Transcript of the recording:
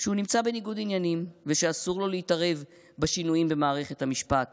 שהוא נמצא בניגוד עניינים ושאסור לו להתערב בשינויים במערכת המשפט